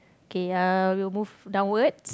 okay ya we will move downwards